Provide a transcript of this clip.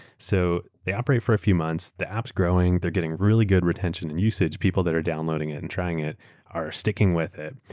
so they operate for a few months, the appaeurs growing, they're getting really good retention and usage, people that are downloading it and trying it are sticking with it,